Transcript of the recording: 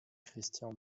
christian